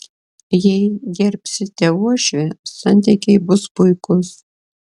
jei gerbsite uošvę santykiai bus puikūs